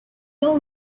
your